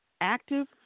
active